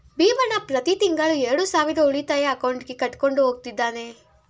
ಭೀಮಣ್ಣ ಪ್ರತಿ ತಿಂಗಳು ಎರಡು ಸಾವಿರ ಉಳಿತಾಯ ಅಕೌಂಟ್ಗೆ ಕಟ್ಕೊಂಡು ಹೋಗ್ತಿದ್ದಾನೆ